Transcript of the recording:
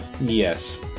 Yes